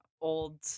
old